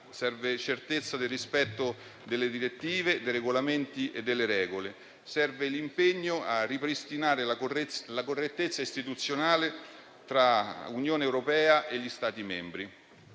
e certezza del rispetto delle direttive, dei regolamenti e delle regole; serve l'impegno a ripristinare la correttezza istituzionale tra Unione europea e gli Stati membri.